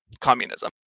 Communism